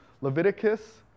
Leviticus